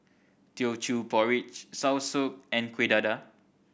Teochew Porridge soursop and Kueh Dadar